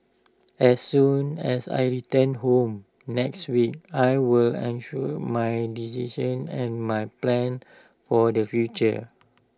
as soon as I return home next week I will assure my decision and my plans for the future